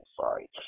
sorry